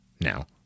now